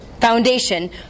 foundation